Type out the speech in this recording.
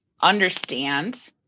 understand